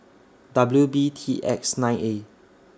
W B T X nine A